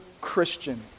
Christian